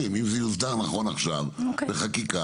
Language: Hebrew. אם זה יוסדר נכון עכשיו בחקיקה,